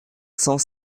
cent